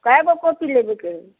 कए गो कॉपी लेबेके हइ